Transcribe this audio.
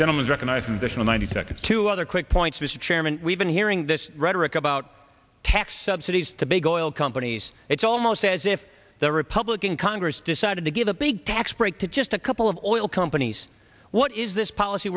gentlemen recognize vision of ninety seconds two other quick points mr chairman we've been hearing this rhetoric about tax subsidies to big oil companies it's almost as if the republican congress decided to give a big tax break to just a couple of oil companies what is this policy